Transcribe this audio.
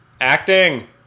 acting